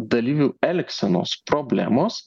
dalyvių elgsenos problemos